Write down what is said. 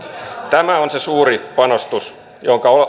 tämä on se suuri panostus jonka